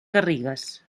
garrigues